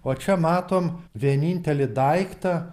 o čia matom vienintelį daiktą